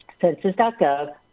census.gov